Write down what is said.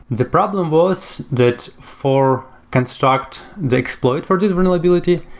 the problem was that for construct, the exploit for this vulnerability,